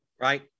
right